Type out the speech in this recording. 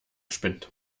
spinnt